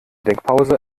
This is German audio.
denkpause